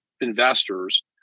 investors